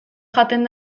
jaten